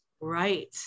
Right